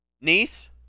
Nice